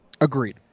Agreed